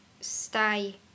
stay